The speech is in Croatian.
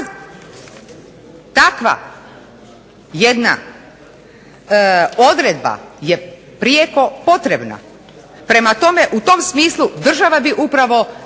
Takva jedna odredba je prijeko potrebna. Prema tome u tom smislu država bi upravo